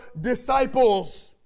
disciples